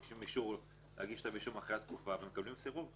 ומבקשים אישור להגיש כתב אישום אחרי התקופה ומקבלים סירוב.